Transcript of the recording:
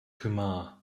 kumar